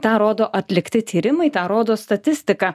tą rodo atlikti tyrimai tą rodo statistika